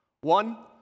One